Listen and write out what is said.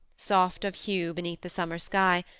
soft of hue beneath the summer sky,